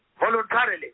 Voluntarily